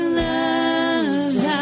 loves